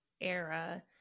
era